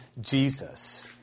Jesus